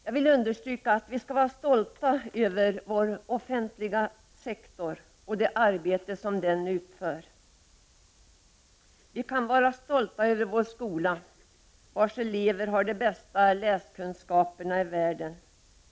Jag vill understryka att vi skall vara stolta över vår offentliga sektor och det arbete man inom den utför. Vi kan vara stolta över vår skola, vars elever har de bästa läskunskaperna i världen.